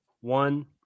one